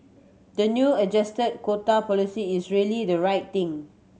the new adjusted quota policy is really the right thing